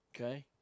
okay